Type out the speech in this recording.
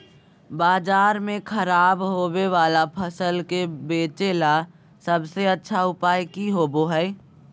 बाजार में खराब होबे वाला फसल के बेचे ला सबसे अच्छा उपाय की होबो हइ?